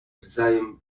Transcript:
wzajem